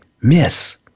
miss